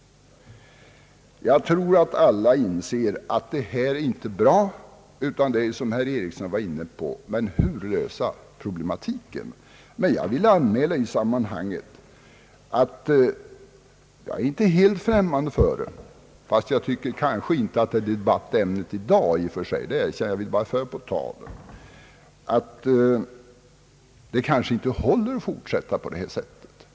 Jag tror att alla inser att en sådan ordning inte är bra. Men hur skall man lösa problemet? Jag vill i sammanhanget anmäla att jag inte är helt främmande för att åtgärder här vidtas, även om detta kanske i och för sig inte är ett ämne som hör till dagens debatt. Jag ville bara konstatera att det kanske inte är möjligt att fortsätta på hittillsvarande sätt.